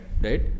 right